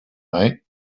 night